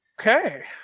Okay